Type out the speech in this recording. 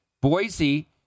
Boise